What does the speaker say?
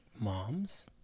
moms